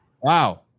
Wow